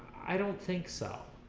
i don't think so